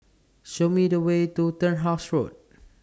Show Me The Way to Turnhouse Road